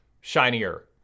shinier